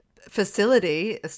facility